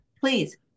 please